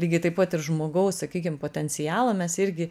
lygiai taip pat ir žmogaus sakykim potencialą mes irgi